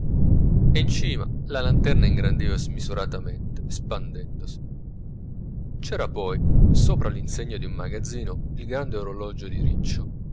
e in cima la lanterna ingrandiva smisuratamente spandendosi c'era poi sopra l'insegna di un magazzino il grande orologio di riccio